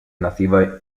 nativa